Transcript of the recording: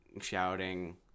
shouting